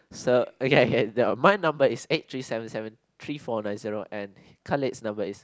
so okay okay my number is eight three seven seven three four nine zero and Khalid's number is